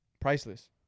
priceless